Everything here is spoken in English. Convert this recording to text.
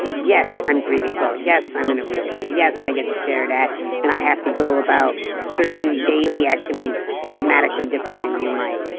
and yes, i'm three feet tall, yes i'm in a wheelchair, yes i get stared at and i have to go about certain daily activities dramatically different than you might,